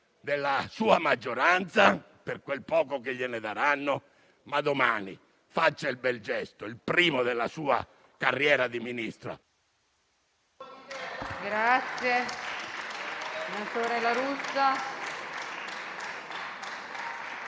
della sua maggioranza, per quel poco che gliene daranno, ma domani faccia il bel gesto, il primo della sua carriera di Ministro...